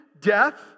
death